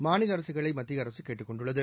மாநில அரசுகளை மத்திய அரசு கேட்டுக் கொண்டுள்ளது